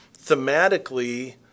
thematically